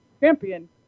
champion